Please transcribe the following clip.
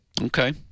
Okay